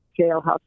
jailhouse